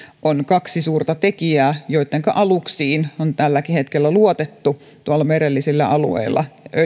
ovat kaksi suurta tekijää joittenka aluksiin on tälläkin hetkellä luotettu tuolla merellisillä alueilla